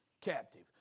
captive